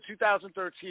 2013